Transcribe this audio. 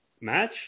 match